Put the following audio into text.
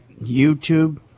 youtube